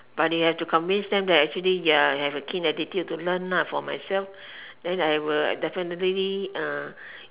but they have to convince them that you are have a keen attitude to learn for myself then I have a definitely